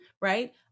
right